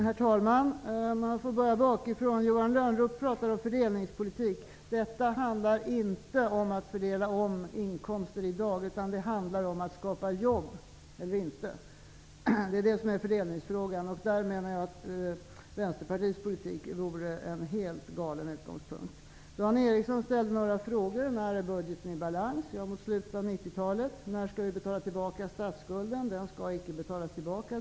Herr talman! Jag börjar bakifrån. Johan Lönnroth talade om fördelningspolitik. Det handlar i dag inte om att fördela om inkomster, utan det handlar om att skapa eller inte skapa jobb. Däri ligger fördelningsfrågan, och jag menar att Vänsterpartiets politik vore en helt galen utgångspunkt. Dan Eriksson i Stockholm ställde några frågor. Han undrade: När är budgeten i balans? -- Mot slutet av 90-talet. Vidare: När skall vi betala tillbaka statsskulden? -- Den skall icke betalas tillbaka.